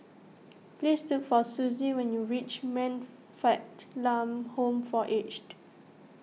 please look for Suzy when you reach Man Fatt Lam Home for Aged